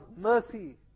mercy